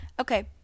Okay